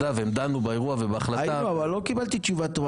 יוראי, תן לי, אני הקשבתי לך.